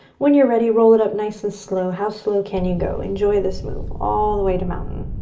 when you're ready, roll it up nice and slow. how slow can you go? enjoy this move. all the way to mountain.